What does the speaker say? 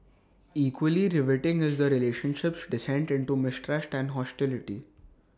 equally riveting is the relationship's descent into mistrust and hostility